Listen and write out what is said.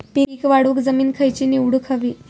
पीक वाढवूक जमीन खैची निवडुक हवी?